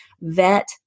vet